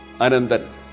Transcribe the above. ananda